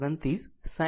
9 o